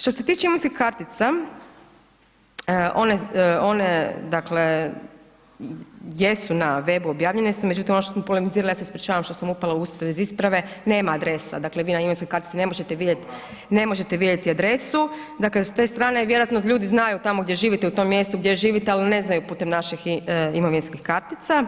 Što se tiče imovinskih kartica, one dakle, jesu na webu, objavljene su, međutim, ono što smo polemizirali, ja se ispričavam što sam upala usred isprave, nema adresa, dakle, vi na imovinskoj kartici ne možete vidjeti adresu, dakle, s te strane vjerojatno ljudi znaju tamo gdje živite, u tom mjestu gdje živite, al ne znaju putem naših imovinskih kartica.